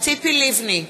ציפי לבני,